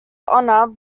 honor